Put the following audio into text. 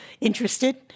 interested